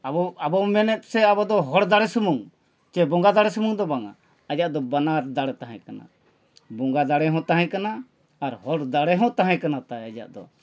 ᱟᱵᱚ ᱟᱵᱚ ᱢᱮᱱᱮᱫ ᱥᱮ ᱟᱵᱚ ᱫᱚ ᱦᱚᱲ ᱫᱟᱲᱮ ᱥᱩᱢᱩᱝ ᱥᱮ ᱵᱚᱸᱜᱟ ᱫᱟᱲᱮ ᱥᱩᱢᱩᱝ ᱫᱚ ᱵᱟᱝᱟ ᱟᱡᱟᱜ ᱫᱚ ᱵᱟᱱᱟᱨ ᱫᱟᱲᱮ ᱛᱟᱦᱮᱸ ᱠᱟᱱᱟ ᱵᱚᱸᱜᱟ ᱫᱟᱲᱮ ᱦᱚᱸ ᱛᱟᱦᱮᱸ ᱠᱟᱱᱟ ᱟᱨ ᱦᱚᱲ ᱫᱟᱲᱮ ᱦᱚᱸ ᱛᱟᱦᱮᱸ ᱠᱟᱱᱟ ᱛᱟᱭ ᱟᱡᱟᱜ ᱫᱚ